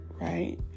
right